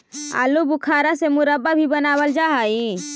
आलू बुखारा से मुरब्बा भी बनाबल जा हई